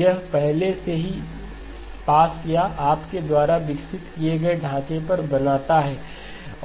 यह पहले से ही पास या आपके द्वारा विकसित किए गए ढांचे पर बनाता है